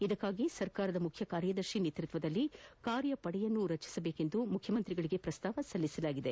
ಇದಕ್ಕಾಗಿ ಸರ್ಕಾರದ ಮುಖ್ಯ ಕಾರ್ಯದರ್ಶಿ ನೇತೃತ್ವದಲ್ಲಿ ಕಾರ್ಯಪದೆ ರಚನೆಗೆ ಮುಖ್ಯಮಂತ್ರಿಗಳಿಗೆ ಪ್ರಸ್ತಾವ ಸಲ್ಲಿಸಲಾಗಿದೆ